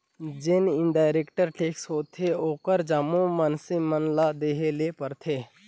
जेन indirect tax होथे ओहर जम्मो मइनसे मन ल देहे ले परथे